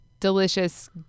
delicious